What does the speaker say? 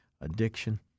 addiction